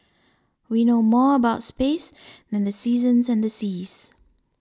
we know more about space than the seasons and the seas